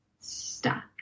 stuck